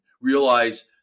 realize